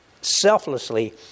selflessly